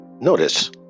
Notice